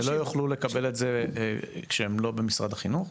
הם לא יוכלו לקבל את זה לא ממשרד החינוך?